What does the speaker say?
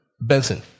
Benson